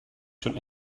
schon